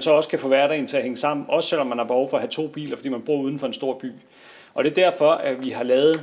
så også kan få hverdagen til at hænge sammen, også selv om man har behov for at have to biler, fordi man bor uden for en stor by. Det er derfor, at vi har lavet